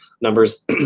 numbers